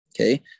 Okay